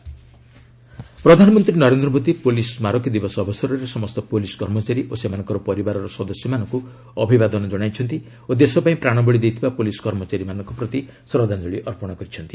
PM police day ପ୍ରଧାନମନ୍ତ୍ରୀ Narendra Modi police ସ୍କାରକୀ ଦିବସ ଅବସରରେ ସମସ୍ତ ପୁଲିସ୍ କର୍ମଚାରୀ ଓ ସେମାନଙ୍କର ପରିବାର ସଦସ୍ୟମାନଙ୍କୁ ଅଭିବାଦନ ଜଣାଇଛନ୍ତି ଓ ଦେଶପାଇଁ ପ୍ରାଣବଳି ଦେଇଥିବା ପୁଲିସ୍ କର୍ମଚାରୀମାନଙ୍କ ପ୍ରତି ଶ୍ରଦ୍ଧାଞ୍ଜଳି ଅର୍ପଣ କରିଛନ୍ତି